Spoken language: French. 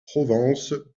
provence